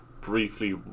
briefly